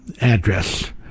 address